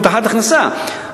הבטחת ההכנסה,